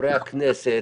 חברי הכנסת,